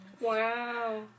Wow